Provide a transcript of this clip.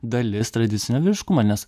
dalis tradicinio vyriškumo nes